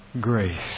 Grace